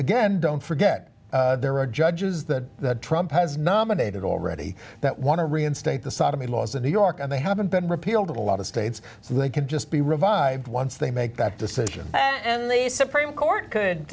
again don't forget there are judges that trump has nominated already that want to reinstate the sodomy laws in new york and they haven't been repealed a lot of states so they can just be revived once they make that decision and the supreme court could